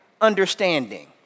understanding